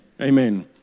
Amen